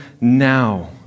now